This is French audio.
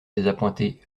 désappointé